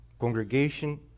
congregation